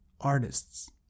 artists